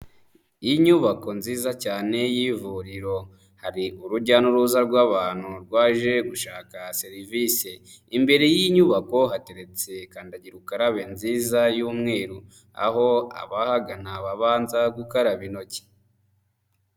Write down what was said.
Inyubako nziza cyane y'ivuriro, hari urujya n'uruza rw'abantu rwaje gushaka serivise, imbere y'inyubako hateretse kandagira ukarabe nziza y'umweru, aho abahagana babanza gukaraba intoki.